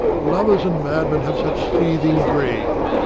lovers and madmen have such seething brains,